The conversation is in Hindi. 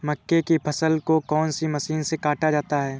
मक्के की फसल को कौन सी मशीन से काटा जाता है?